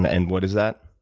and what is that?